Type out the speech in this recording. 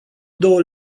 două